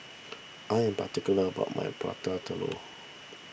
I am particular about my Prata Telur